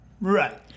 Right